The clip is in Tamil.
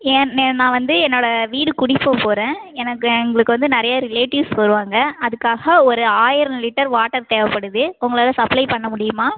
ஏன் நே நான் வந்து என்னோடய வீடு குடிப்போக போகிறேன் எனக்கு எங்களுக்கு வந்து நிறைய ரிலேட்டிவ்ஸ் வருவாங்க அதுக்காக ஒரு ஆயிரம் லிட்டர் வாட்டர் தேவைப்படுது உங்களால் சப்ளை பண்ண முடியுமா